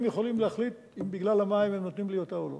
הם יכולים להחליט אם בגלל המים הם נותנים לי אותה או לא.